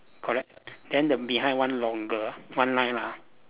correct then the behind one longer one line lah